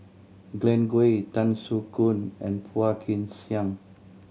Glen Goei Tan Soo Khoon and Phua Kin Siang